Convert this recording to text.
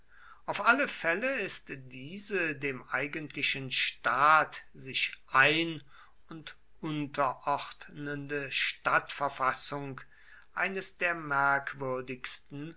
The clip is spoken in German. auf alle fälle ist diese dem eigentlichen staat sich ein und unterordnende stadtverfassung eines der merkwürdigsten